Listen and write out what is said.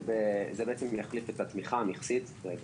שזה בעצם יחליף את ההגנה המיכסית של החקלאים.